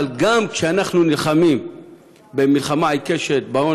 אבל גם כשאנחנו נלחמים מלחמה עיקשת בהון